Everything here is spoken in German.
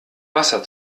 wasser